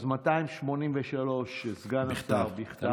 אז 283, סגן השר, בכתב.